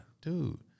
dude